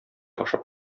ашап